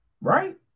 right